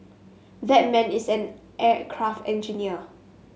that man is an aircraft engineer